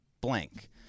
blank